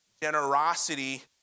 Generosity